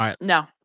no